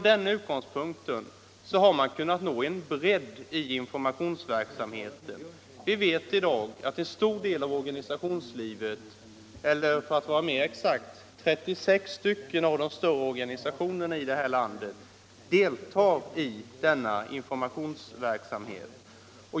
Därigenom har man kunnat åstadkomma bredd i informationsverksamheten. En stor del av organisationslivet — 36 av de större organisationerna här i landet, för att vara mera exakt — deltar i dag i denna informationsverksamhet.